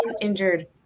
injured